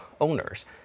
owners